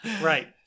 Right